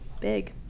big